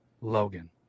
Logan